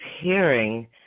hearing